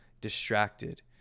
distracted